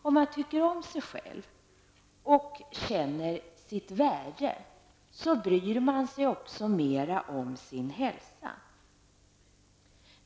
Om man tycker om sig själv och känner sitt värde bryr man sig också mer om sin hälsa.